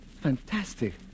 Fantastic